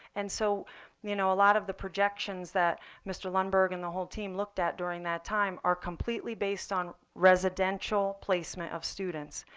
and so you know a lot of the projections that mr. lundberg and the whole team looked at during that time are completely based on residential placement of students.